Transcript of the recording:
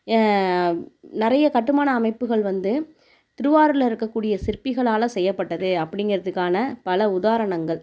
நிறைய கட்டுமான அமைப்புகள் வந்து திருவாரூரில் இருக்கக்கூடிய சிற்பிகளால் செய்யப்பட்டது அப்படிங்குறதுக்கான பல உதாரணங்கள்